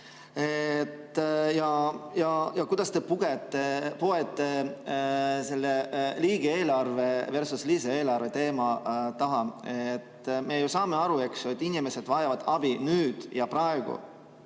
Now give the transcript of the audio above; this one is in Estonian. ja kuidas te poete selle riigieelarveversuslisaeelarve teema taha. Me saame aru, et inimesed vajavad abi nüüd ja praegu,